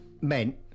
meant